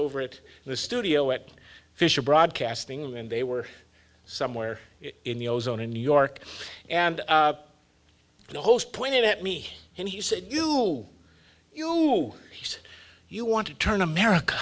over it in the studio at fisher broadcasting and they were somewhere in the ozone in new york and the host pointed at me and he said you know you said you want to turn america